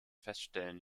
feststellen